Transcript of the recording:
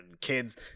kids